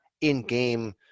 in-game